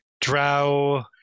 Drow